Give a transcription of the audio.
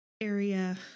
area